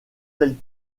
telles